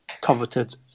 coveted